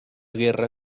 guerra